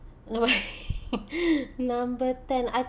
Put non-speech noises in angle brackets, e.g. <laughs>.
no <laughs> number ten I